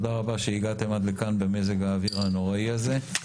תודה רבה שהגעתם עד לכאן במזג האוויר הנוראי הזה.